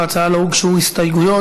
להצעה לא הוגשו הסתייגויות,